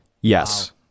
Yes